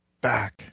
back